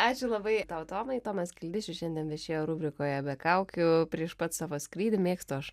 ačiū labai tau tomai tomas kildišius šiandien viešėjo rubrikoje be kaukių prieš pat savo skrydį mėgstu aš